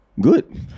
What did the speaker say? Good